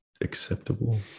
acceptable